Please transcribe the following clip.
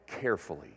carefully